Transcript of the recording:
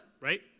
Right